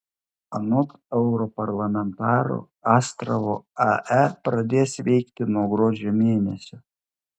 anot europarlamentaro astravo ae pradės veikti nuo gruodžio mėnesio